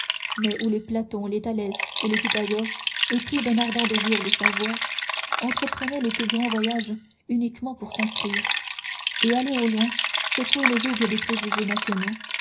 mais où les platon les thalès et les pythagore épris d'un ardent désir de savoir entreprenaient les plus grands voyages uniquement pour s'instruire et allaient au loin secouer le joug des préjugés nationaux